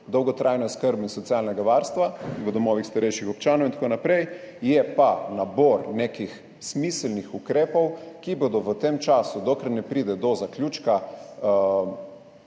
dolgotrajne oskrbe in socialnega varstva v domovih starejših občanov in tako naprej, je pa nabor nekih smiselnih ukrepov, ki bodo v tem času, dokler ne pride do zaključka